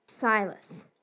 Silas